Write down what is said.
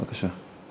בבקשה.